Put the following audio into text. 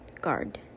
guard